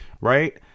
right